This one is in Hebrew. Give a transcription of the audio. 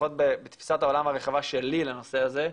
לפחות בתפיסת העולם הרחבה שלי לנושא הזה,